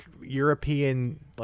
European